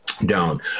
Down